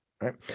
right